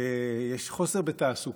שיש חוסר בתעסוקה: